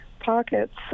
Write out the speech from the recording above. Pockets